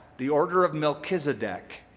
the order of melchizedek.